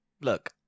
Look